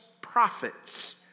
prophets